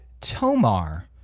Tomar